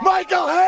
Michael